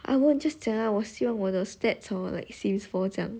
ah bo just 讲 ah 我希望我的 stats hor like sims four 这样